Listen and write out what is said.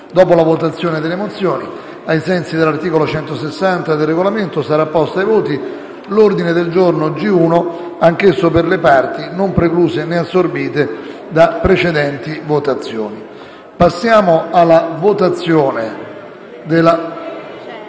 Dopo la votazione delle mozioni, ai sensi dell'articolo 160 del Regolamento, sarà posto ai voti l'ordine del giorno G1, anch'esso per le parti non precluse né assorbite da precedenti votazioni. Passiamo alla votazione della